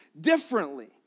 differently